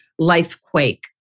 lifequake